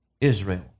Israel